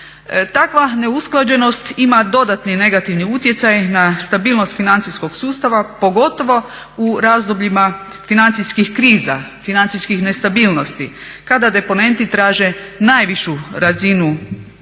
Takva neusklađenost ima dodatni negativni utjecaj na stabilnost financijskog sustava pogotovo u razdobljima financijskih kriza, financijskih nestabilnosti kada deponenti traže najvišu razinu, najvišu